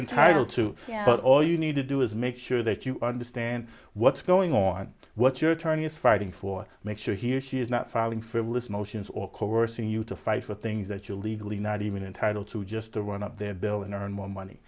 entitled to but all you need to do is make sure that you understand what's going on what your attorney is fighting for make sure he or she is not filing frivolous motions or coercing you to fight for things that you're legally not even entitled to just to run up their bill and earn more money